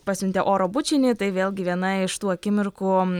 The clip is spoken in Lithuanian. pasiuntė oro bučinį tai vėlgi viena iš tų akimirkų